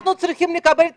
אנחנו צריכים לקבל תקציבים.